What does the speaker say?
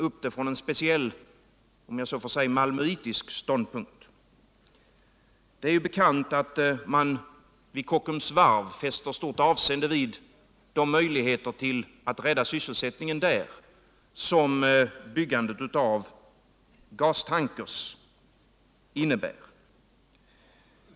utan från en speciell malmöitisk ståndpunkt. Det gäller Kockums varv. där man fäster stort avseende vid de möjligheter att rädda sysselsättningen där som byggandet av gastankrar innebär.